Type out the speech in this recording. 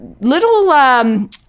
little